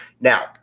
now